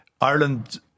Ireland